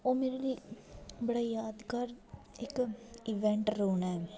ओह् मेरे लेई इक बड़ा यादगार इक इवैंट रौह्ना ऐ